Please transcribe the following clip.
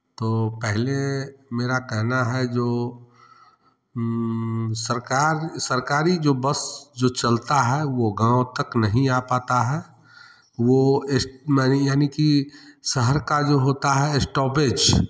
तो पहले मेरा कहना है जो सरकार सरकारी जो बस जो चलता है वो गाँव तक नहीं आ पाता है वो एस मेनी यानी कि शहर का जो होता है एसटॉपेज